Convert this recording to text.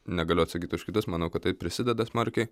negaliu atsakyt už kitus manau kad tai prisideda smarkiai